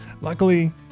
Luckily